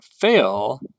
fail